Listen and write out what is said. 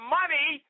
money